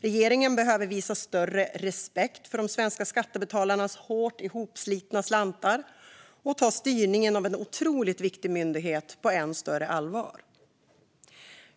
Regeringen behöver visa större respekt för de svenska skattebetalarnas hårt ihopslitna slantar och ta styrningen av en otroligt viktig myndighet på än större allvar.